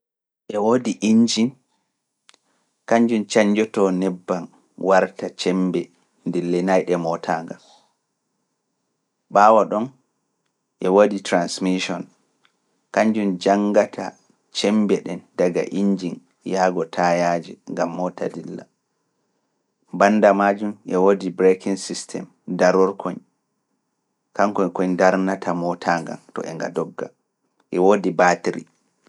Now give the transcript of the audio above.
E woodi injin, kanjum cañjotoo nebbam warta cembe ndille nayi e mootaangal. Baawa ɗon e woodi transmission, kanjum janngata cembe koñ darnata mootaangal to nga dogga, e woodi baatiri.